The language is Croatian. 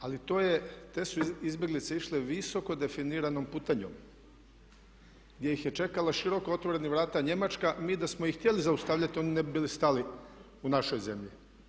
Ali te su izbjeglice išle visoko definiranom putanjom gdje ih je čekala široko otvorenih vrata Njemačka, mi da smo i htjeli zaustavljati oni ne bi bili stali u našoj zemlji.